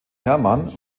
hermann